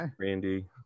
Randy